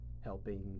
helping